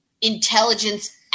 intelligence